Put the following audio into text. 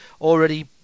already